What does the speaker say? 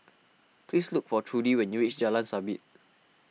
please look for Trudy when you reach Jalan Sabit